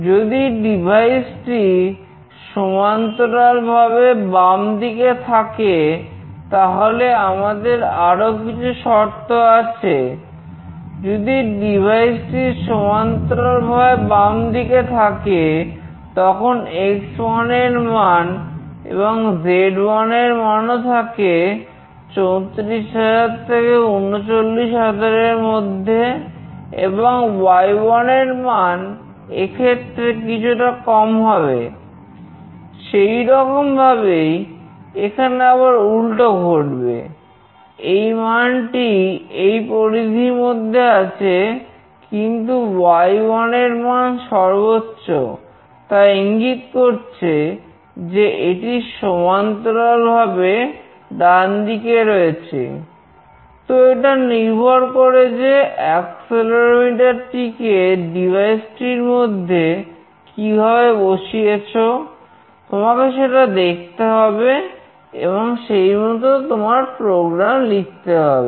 যদি ডিভাইস লিখতে হবে